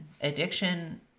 Addiction